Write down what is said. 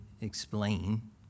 explain